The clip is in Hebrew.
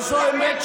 וזו האמת,